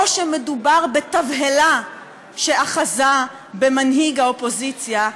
או שמדובר בתבהלה שאחזה במנהיג האופוזיציה,